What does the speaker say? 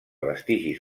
vestigis